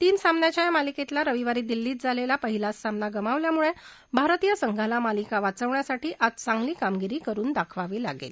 तीन सामन्यांच्या या मालिकेतला रविवारी दिल्लीत झालेला पहिलाच सामना गमावल्यामुळे भारतीय संघाला मालिका वाचवण्यासाठी आज चांगली कामगिरी करुन दाखवावी लागेल